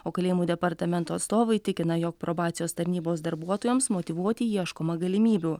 o kalėjimų departamento atstovai tikina jog probacijos tarnybos darbuotojoms motyvuoti ieškoma galimybių